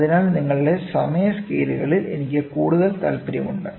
അതിനാൽ നിങ്ങളുടെ സമയ സ്കെയിലുകളിൽ എനിക്ക് കൂടുതൽ താൽപ്പര്യമുണ്ട്